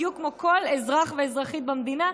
בדיוק כמו כל אזרח ואזרחית במדינה.